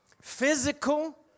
physical